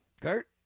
Kurt